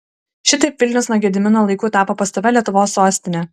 šitaip vilnius nuo gedimino laikų tapo pastovia lietuvos sostine